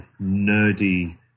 nerdy